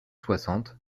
soixante